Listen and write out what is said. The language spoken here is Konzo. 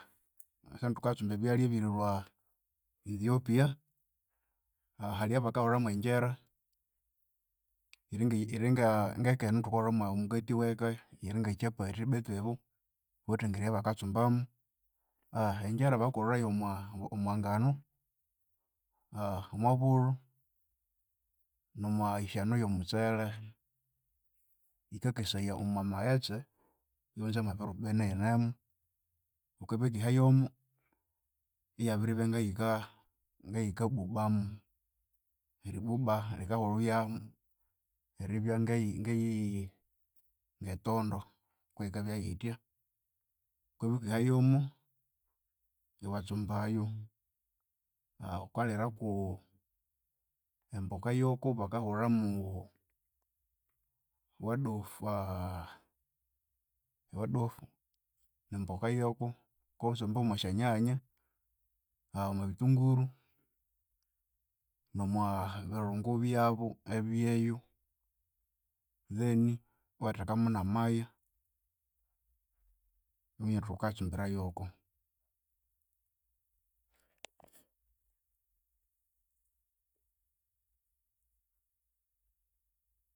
Sahenu thukatsumba ebyalya erilwa Ethiopia. hali eyabakahulhamu engyira, yiringa yiringa ngeke eno thukahulhamu ngomugatii weka nge chapati betu ibo bawithe engeri eyabakatsumbamu. engyira bakakolha yomwa yomwanganu, omwabulhu, nomwayisyanu ye mitsele. Yikakesaya omwa maghetse, iyaghunza mwebiro bini iyinemu. Wukabya wukiha yomo iyabiribya ngeyika, ngeyika bubamu. Eribuba rikahulawamu eribya ngeyi ngeyi ngetonto kuyikabya yitya. Wukabya wukiha yomo iwatsumbayo wukaliraku emboka yoko bakahulhamu wadofa wadofu yemboka yoko, wukatsumba yomosyanyanya, omwabithunguru, nomwa birungu byabu ebyeyu then iwathekamu na maya, iwaminya wuthi wukatsumbira yoko.